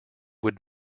would